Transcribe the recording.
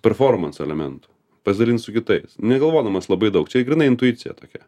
performanso elementu pasidalint su kitais negalvodamas labai daug čia grynai intuicija tokia